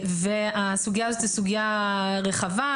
הסוגייה הזו היא סוגייה רחבה.